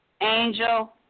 Angel